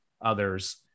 others